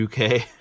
UK